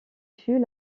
fut